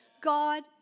God